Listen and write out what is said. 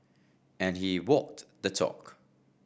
and he walked the talk